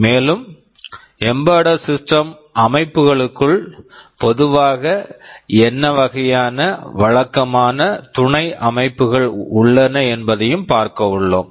மேலும் embedded systems Embedded Systems அமைப்புகளுக்குள் பொதுவாக என்ன வகையான வழக்கமான துணை அமைப்புகள் உள்ளன என்பதையும் பார்க்க உள்ளோம்